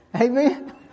Amen